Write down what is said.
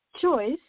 choice